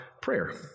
prayer